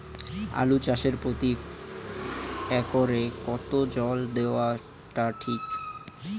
আলু চাষে প্রতি একরে কতো জল দেওয়া টা ঠিক?